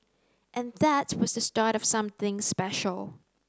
and that was the start of something special